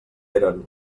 eren